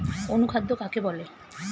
অনুখাদ্য কাকে বলে?